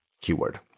keyword